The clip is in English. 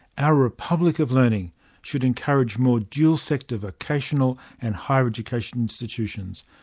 our republic of learning should encourage more dual-sector vocational and higher education institutions,